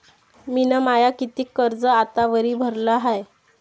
मिन माय कितीक कर्ज आतावरी भरलं हाय?